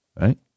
Right